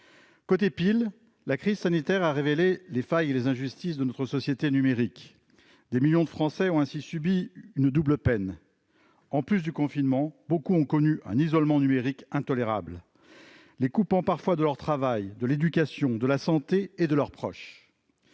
Côté face, la crise sanitaire a révélé les failles et les injustices de notre société numérique. Des millions de Français ont ainsi subi une double peine : en plus du confinement, beaucoup ont connu un isolement numérique intolérable, les coupant parfois de leur travail, de l'éducation, de la santé et de leurs proches.